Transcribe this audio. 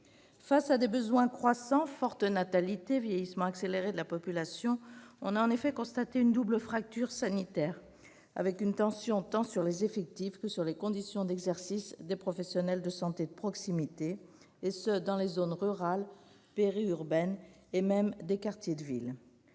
Face à des besoins croissants- forte natalité, vieillissement accéléré de la population -, on a constaté une double fracture sanitaire, avec une tension tant sur les effectifs que sur les conditions d'exercice des professionnels de santé de proximité, ce dans les zones rurales, périurbaines et même dans certains quartiers de ville.